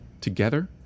Together